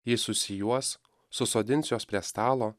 jis susijuos susodins juos prie stalo